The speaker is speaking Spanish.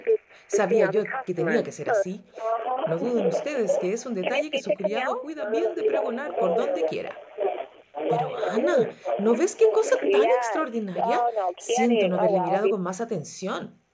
sabía yo que tenía que ser así no duden ustedes que es un detalle que su criado cuida bien de pregonar por dondequiera pero ana no ves qué cosa tan extraordinaria siento no haberle mirado con más atención